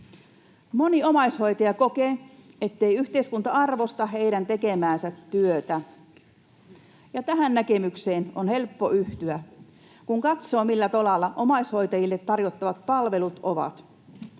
Moni omaishoitaja kokee, ettei yhteiskunta arvosta heidän tekemäänsä työtä, ja tähän näkemykseen on helppo yhtyä, kun katsoo, millä tolalla omaishoitajille tarjottavat palvelut ovat.